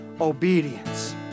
obedience